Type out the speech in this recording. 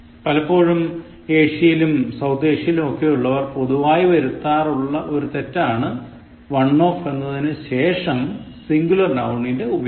പലപ്പോഴും ഏഷ്യയിലും സൌത്ത് ഏഷ്യയിലും ഒക്കെയുള്ളവർ പൊതുവായി വരുത്താറുള്ള ഒരു തെറ്റാണ് one off എന്നതിന് ശേഷം സിന്ഗുലർ നൌണിൻറെ ഉപയോഗം